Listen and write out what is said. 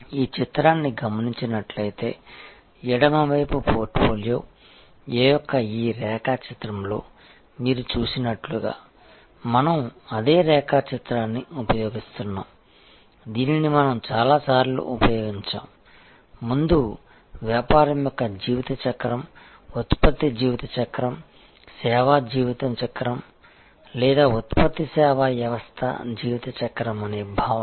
ఈ చిత్రాన్ని గమనించినట్లయితే ఎడమ వైపు పోర్ట్ఫోలియో A యొక్క ఈ రేఖాచిత్రంలో మీరు చూసినట్లుగా మనం అదే రేఖాచిత్రాన్ని ఉపయోగిస్తున్నాము దీనిని మనం చాలాసార్లు ఉపయోగించాము ముందు వ్యాపారం యొక్క జీవిత చక్రం ఉత్పత్తి జీవిత చక్రం సేవా జీవిత చక్రం లేదా ఉత్పత్తి సేవా వ్యవస్థ జీవిత చక్రం అనే భావన